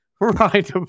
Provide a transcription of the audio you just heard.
Right